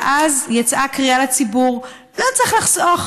ואז יצאה קריאה לציבור: לא צריך לחסוך,